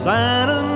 Santa